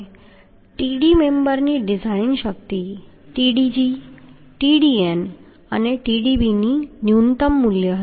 હવે Td મેમ્બરની design શક્તિ TdgTdn અને Tdb ની ન્યૂનતમ હશે